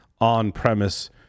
on-premise